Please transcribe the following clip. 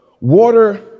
water